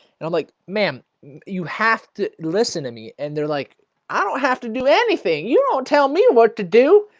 and i'm like ma'am you have to listen to me and they're like i don't have to do anything. you don't tell me what to do.